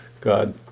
God